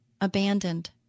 abandoned